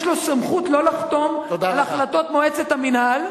יש לו סמכות לא לחתום על החלטות מועצת המינהל,